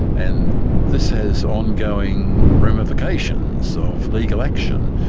and this has ongoing ramifications so of legal action,